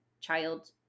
child